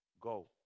Go